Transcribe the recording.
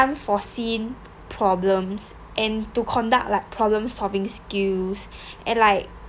unforeseen problems and to conduct like problem solving skills and like